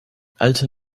alte